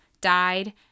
died